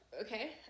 okay